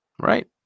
Right